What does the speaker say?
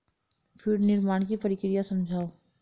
feed निर्माण की प्रक्रिया समझाओ